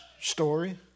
story